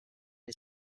its